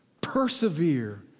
Persevere